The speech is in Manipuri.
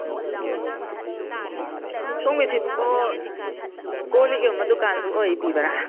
ꯍꯂꯣ ꯁꯣꯝꯒꯤꯁꯤꯕꯣ ꯀꯣꯜꯂꯤꯛ ꯌꯣꯟꯕ ꯗꯨꯀꯥꯟꯗꯣ ꯑꯣꯏꯕꯤꯕ꯭ꯔꯥ